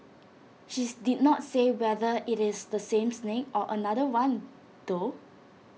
she did not say whether IT is the same snake or A different one though